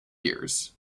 years